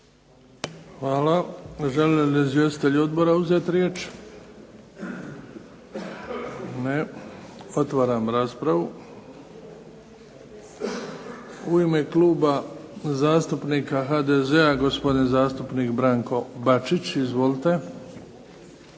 Hvala. Žele li izvjestitelji odbora uzeti riječ? Ne. Otvaram raspravu. U ime Kluba zastupnika HDZ-a gospodin zastupnik Branko Bačić. Izvolite.